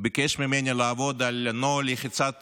ביקש ממני לעבוד על נוהל לחיצת